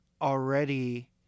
already